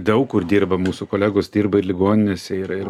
daug kur dirba mūsų kolegos dirba ir ligoninėse ir ir